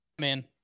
Man